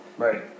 Right